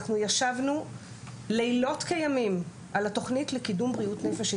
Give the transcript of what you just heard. אנחנו ישבנו לילות כימים על התוכנית לקידום בריאות נפש של